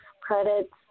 credits